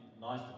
nice